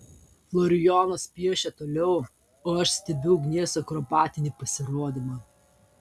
florijonas piešia toliau o aš stebiu ugnies akrobatinį pasirodymą